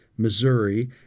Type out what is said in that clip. Missouri